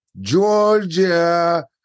Georgia